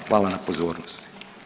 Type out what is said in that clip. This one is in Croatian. Hvala na pozornosti.